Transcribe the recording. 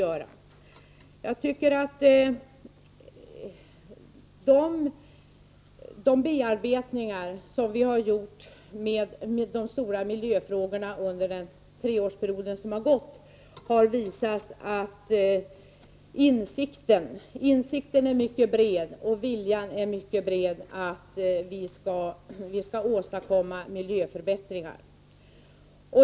Det sätt på vilket vi har behandlat de stora miljöfrågorna under den treårsperiod som har gått vittnar om vår stora insikt och vilja att åstadkomma miljöförbättringar.